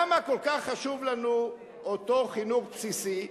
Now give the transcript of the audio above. למה כל כך חשוב לנו אותו חינוך בסיסי?